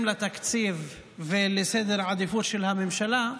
לתקציב ולסדר העדיפויות של הממשלה,